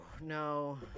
no